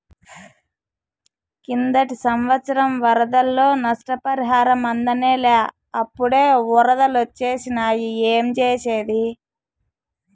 కిందటి సంవత్సరం వరదల్లో నష్టపరిహారం అందనేలా, అప్పుడే ఒరదలొచ్చేసినాయి ఏంజేసేది